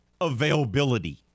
availability